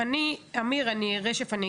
אמיר רשף,